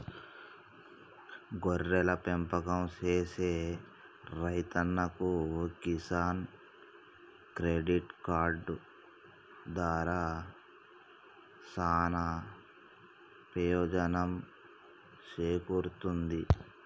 గొర్రెల పెంపకం సేసే రైతన్నలకు కిసాన్ క్రెడిట్ కార్డు దారా సానా పెయోజనం సేకూరుతుంది